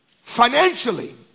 Financially